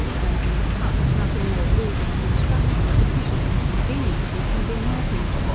than these huts nothing more rude in construction, or deficient in conveniency, can be imagined.